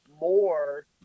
more